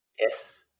yes